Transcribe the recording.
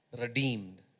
redeemed